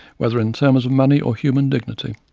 whether in terms of money or human dignity.